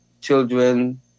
children